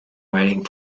waiting